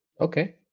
okay